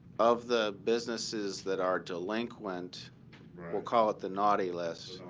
of the businesses that are delinquent we'll call it the naughty list